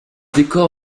décor